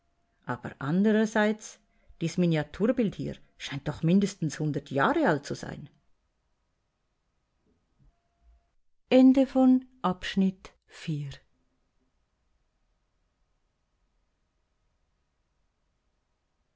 aber anderseits dies miniaturbild hier scheint doch mindestens hundert jahre alt zu sein